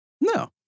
No